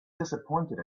disappointed